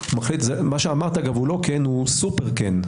מה שאמרת, הוא מאוד כן.